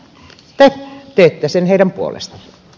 te teette sen heidän puolestaan